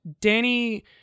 Danny